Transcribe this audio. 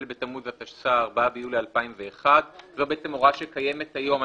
בתמוז התשס"א (4 ביולי 2001)" זו הוראה שקיימת היום.